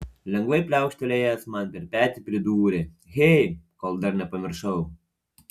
lengvai pliaukštelėjęs man per petį pridūrė hey kol dar nepamiršau